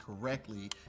correctly